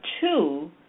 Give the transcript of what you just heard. two